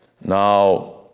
Now